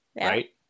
right